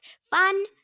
Fun